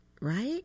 right